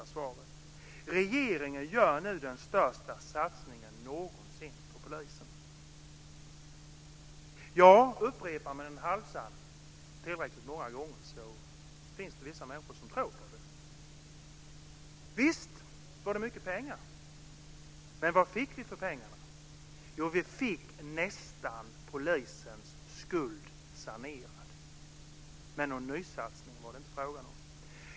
Det gäller påståendet att regeringen nu gör den största satsningen någonsin på polisen. Upprepar man en halvsanning tillräckligt många gånger finns det vissa människor som tror på den. Visst var det mycket pengar, men vad fick vi för dem? Jo, polisens skuld sanerades nästan. Men någon nysatsning var det inte frågan om.